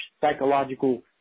psychological